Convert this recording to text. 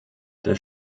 das